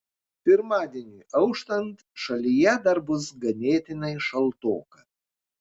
pirmadieniui auštant šalyje dar bus ganėtinai šaltoka